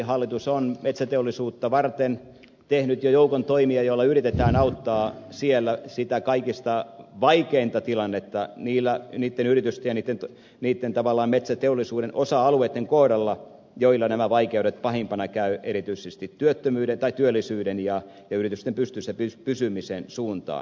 hallitus on metsäteollisuutta varten tehnyt jo joukon toimia joilla yritetään auttaa siellä sitä kaikista vaikeinta tilannetta niitten yritysten ja niitten tavallaan metsäteollisuuden osa alueitten kohdalla joilla nämä vaikeudet pahimpina käyvät erityisesti työllisyyden ja yritysten pystyssä pysymisen suuntaan